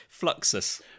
fluxus